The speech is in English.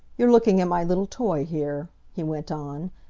you're looking at my little toy here, he went on,